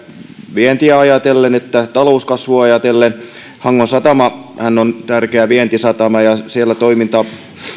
vientiä että talouskasvua ajatellen hangon satamahan on tärkeä vientisatama ja siellä toiminta